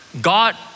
God